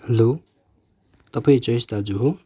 hello तपाईँ जोइस दाजु हो